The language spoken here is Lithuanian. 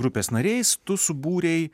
grupės nariais tu subūrei